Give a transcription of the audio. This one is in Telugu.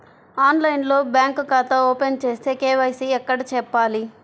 ఆన్లైన్లో బ్యాంకు ఖాతా ఓపెన్ చేస్తే, కే.వై.సి ఎక్కడ చెప్పాలి?